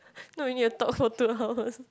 now we need to talk for two hours